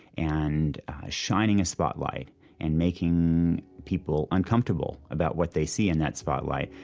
and shining a spotlight and making people uncomfortable about what they see in that spotlight,